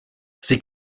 sie